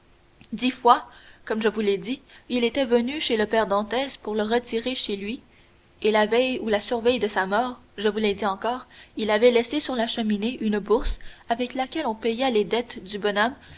dix fois comme je vous l'ai dit il était venu chez le père dantès pour le retirer chez lui et la veille ou la surveille de sa mort je vous l'ai dit encore il avait laissé sur la cheminée une bourse avec laquelle on paya les dettes du bonhomme